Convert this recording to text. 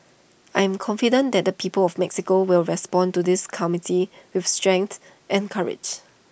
I am confident that the people of Mexico will respond to this community with strength and courage